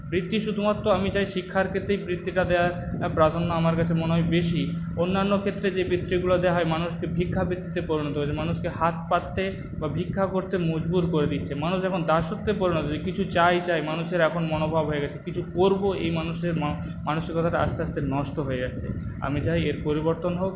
বৃত্তি শুধুমাত্র আমি চাই শিক্ষার ক্ষেত্রেই বৃত্তিটা দেওয়া প্রাধান্য আমার কাছে মনে হয় বেশী অন্যান্য ক্ষেত্রে যে বৃত্তিগুলো দেওয়া হয় মানুষকে ভিক্ষাবৃত্তিতে পরিণত হয়েছে মানুষকে হাত পাততে বা ভিক্ষা করতে মজবুর করে দিচ্ছে মানুষ এখন দাসত্বে পরিণত হয়েছে কিছু চাই চাই মানুষের এখন মনোভাব হয়ে গেছে কিছু করবো এই মানুষের মানসিকতাটা আস্তে আস্তে নষ্ট হয়ে যাচ্ছে আমি চাই এর পরিবর্তন হোক